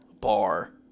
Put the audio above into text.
Bar